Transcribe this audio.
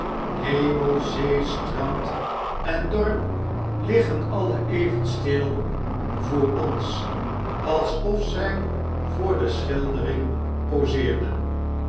hemel zee strand en dorp liggen alle even stil voor ons alsof zy voor descnildering poseerden